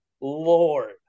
lord